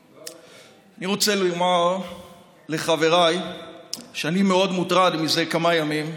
אני רוצה לומר לחבריי שאני מאוד מוטרד מזה כמה ימים,